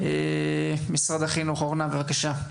אורנה, בבקשה.